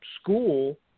school